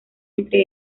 entre